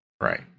Right